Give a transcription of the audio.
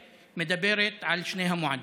שמדברת על שני המועדים.